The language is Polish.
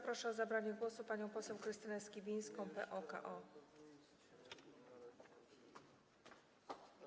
Proszę o zabranie głosu panią poseł Krystynę Sibińską, PO-KO.